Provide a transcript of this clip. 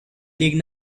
ligue